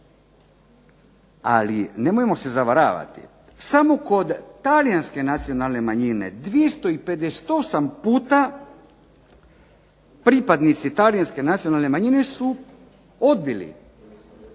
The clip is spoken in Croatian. Ali nemojmo se zavaravati, samo kod talijanske nacionalne manjine 258 puta pripadnici talijanske nacionalne manjine su odbili